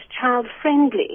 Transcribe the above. child-friendly